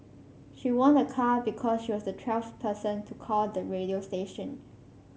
she won a car because she was the twelfth person to call the radio station